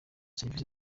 serivise